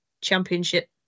championship